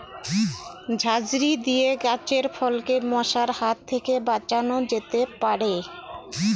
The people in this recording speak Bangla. ঝাঁঝরি দিয়ে গাছের ফলকে মশার হাত থেকে বাঁচানো যেতে পারে?